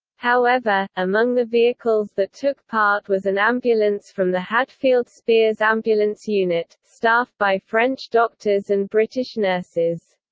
however, among the vehicles that took part was an ambulance from the hadfield-spears ambulance unit, staffed by french doctors and british nurses.